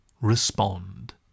respond